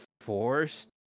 forced